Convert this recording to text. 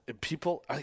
people